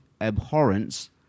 abhorrence